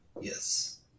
Yes